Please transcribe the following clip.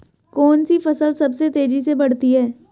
कौनसी फसल सबसे तेज़ी से बढ़ती है?